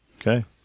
Okay